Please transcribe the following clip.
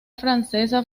francesa